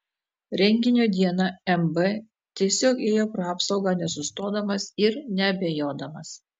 renginio dieną mb tiesiog ėjo pro apsaugą nesustodamas ir neabejodamas